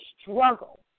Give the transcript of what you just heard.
struggle